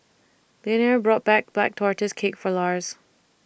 Leonore bought Black Tortoise Cake For Lars